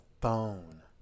phone